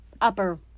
upper